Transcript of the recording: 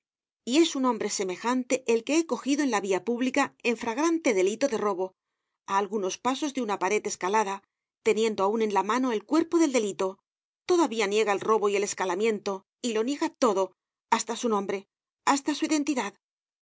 y es un hombre semejante el que cogido en la via pública en fragrante delito de robo á algunos pasos de una pared escalada teniendo aun en la mano el cuerpo del delito todavía niega el robo y el escalamiento y lo niega todo hasta su nombre hasta su identidad